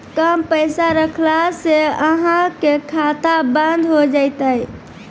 कम पैसा रखला से अहाँ के खाता बंद हो जैतै?